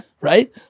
Right